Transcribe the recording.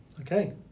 Okay